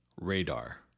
radar